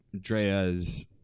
Drea's